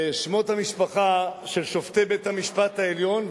שמות המשפחה של שופטי בית-המשפט העליון.